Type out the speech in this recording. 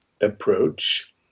approach